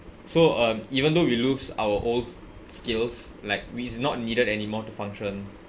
so um even though we lose our old skills like which is not needed anymore to function